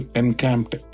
encamped